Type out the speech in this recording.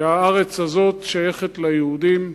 שהארץ הזאת שייכת ליהודים.